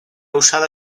usada